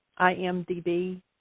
IMDb